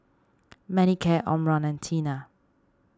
Manicare Omron and Tena